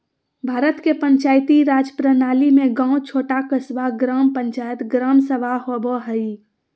भारत के पंचायती राज प्रणाली में गाँव छोटा क़स्बा, ग्राम पंचायत, ग्राम सभा होवो हइ